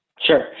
Sure